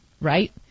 Right